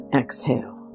exhale